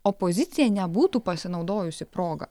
opozicija nebūtų pasinaudojusi proga